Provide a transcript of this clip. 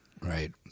right